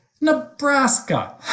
Nebraska